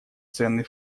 ценный